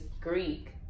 Greek